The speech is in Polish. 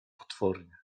potwornie